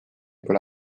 pole